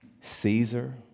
Caesar